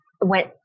went